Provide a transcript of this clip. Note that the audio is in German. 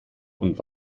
und